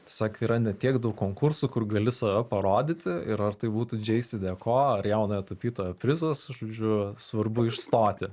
tiesiog yra ne tiek daug konkursų kur gali save parodyti ir ar tai būtų džeisideko ar jaunojo tapytojo prizas žodžiu svarbu išstoti